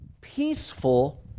peaceful